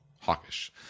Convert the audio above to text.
hawkish